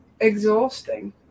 exhausting